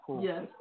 Yes